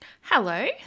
Hello